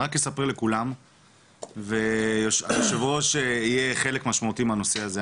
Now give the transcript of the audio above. אני רק אספר לכולם והיושב ראש יהיה חלק משמעותי מהנושא הזה.